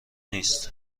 نیست